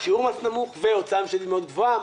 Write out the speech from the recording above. שיעור מס נמוך והוצאה ממשלתית מאוד גבוהה.